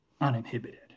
uninhibited